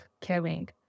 caring